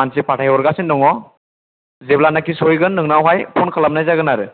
मानसि थिनहरगासिनो दङ जेब्लानोखि सहैगोन नोंनावहाय फ'न खालामनाय जागोन आरो